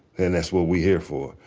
then that's what we're here for.